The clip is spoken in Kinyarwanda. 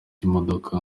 y’imodoka